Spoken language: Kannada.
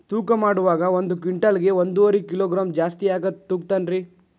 ತೂಕಮಾಡುವಾಗ ಒಂದು ಕ್ವಿಂಟಾಲ್ ಗೆ ಒಂದುವರಿ ಕಿಲೋಗ್ರಾಂ ಜಾಸ್ತಿ ಯಾಕ ತೂಗ್ತಾನ ರೇ?